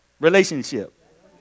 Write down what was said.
Relationship